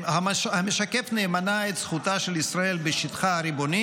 המשקף נאמנה את זכותה של ישראל בשטחה הריבוני